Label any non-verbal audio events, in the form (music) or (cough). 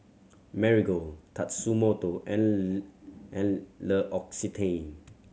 Marigold Tatsumoto and (unintelligible) and L'Occitane